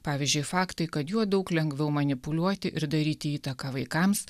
pavyzdžiui faktai kad juo daug lengviau manipuliuoti ir daryti įtaką vaikams